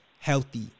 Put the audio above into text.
healthy